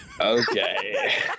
Okay